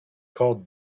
called